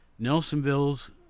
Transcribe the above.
Nelsonville's